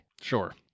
Sure